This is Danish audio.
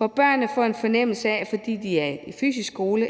at børnene får en fornemmelse af, at fordi de er i fysisk skole,